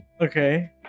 Okay